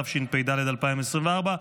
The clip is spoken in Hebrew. התשפ"ד 2023,